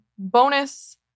bonus